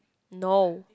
no